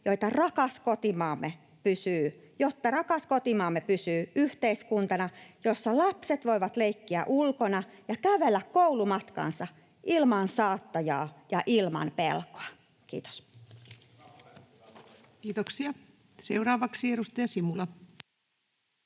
jotta rakas kotimaamme pysyy yhteiskuntana, jossa lapset voivat leikkiä ulkona ja kävellä koulumatkansa ilman saattajaa ja ilman pelkoa. — Kiitos. [Speech 314]